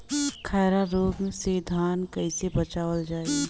खैरा रोग से धान कईसे बचावल जाई?